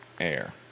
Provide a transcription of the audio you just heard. air